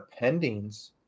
pendings